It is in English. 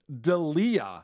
D'elia